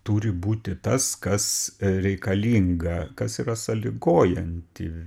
turi būti tas kas reikalinga kas yra sąlygojanti